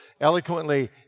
eloquently